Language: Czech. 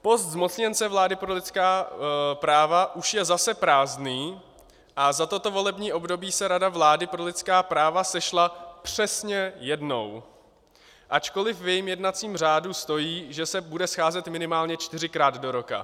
Post zmocněnce vlády pro lidská práva už je zase prázdný a za toto volební období se Rada vlády pro lidská práva sešla přesně jednou, ačkoliv v jejím jednacím řádu stojí, že se bude scházet minimálně čtyřikrát do roka.